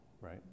right